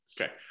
Okay